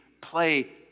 play